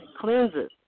cleanses